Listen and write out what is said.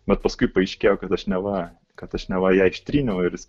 bet paskui paaiškėjo kad aš neva kad aš neva ją ištryniau ir jis